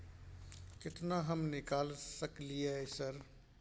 केतना हम निकाल सकलियै सर?